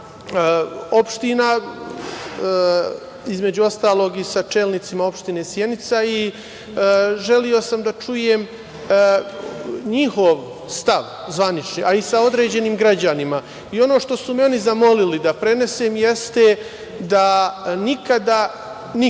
opština, između ostalog i sa čelnicima Opštine Sjenica. Želeo sam da čujem njihov stav zvanični a i sa određenim građanima i ono što su me oni zamolili da prenesem jeste da nikada niko,